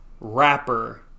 rapper